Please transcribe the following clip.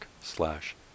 slash